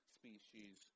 species